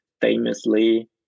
famously